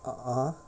orh (uh huh)